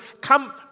Come